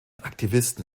aktivisten